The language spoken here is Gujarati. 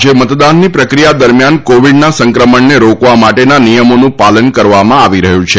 આજે મતદાનની પ્રક્રિયા દરમિયાન કોવિડના સંક્રમણને રોકવા માટેના નિયમોનું પાલન કરવામાં આવી રહ્યું છે